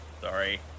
Sorry